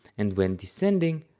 and when descending,